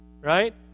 Right